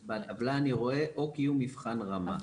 אבל אני רואה "או קיום מבחן רמה".